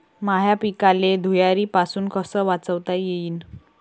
माह्या पिकाले धुयारीपासुन कस वाचवता येईन?